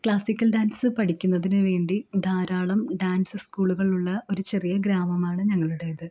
classical dance പഠിക്കുന്നതിനു വേണ്ടി ധാരാളം ഡാൻസ് സ്കൂളുകളുള്ള ഒരു ചെറിയ ഗ്രാമമാണ് ഞങ്ങളുടേത്